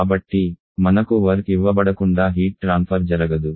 కాబట్టి మనకు వర్క్ ఇవ్వబడకుండా హీట్ ట్రాన్ఫర్ జరగదు